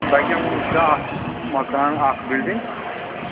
تۄہہِ کیٛاہ ووٚنوٕ چھِ اَکھ مکان اَکھ بِلڈِنٛگ